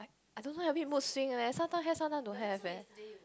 I don't know having mood swing leh sometime have sometime don't have eh